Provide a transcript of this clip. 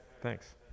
Thanks